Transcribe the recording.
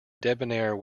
debonair